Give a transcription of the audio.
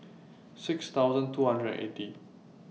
six thousand two hundred and eighty